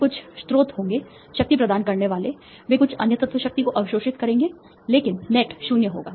वे कुछ स्रोत होंगे शक्ति प्रदान करने वाले वे कुछ अन्य तत्व शक्ति को अवशोषित करेंगे लेकिन नेट 0 होगा